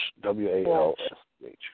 W-A-L-S-H